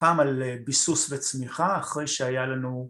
פעם על ביסוס וצמיחה אחרי שהיה לנו